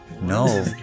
No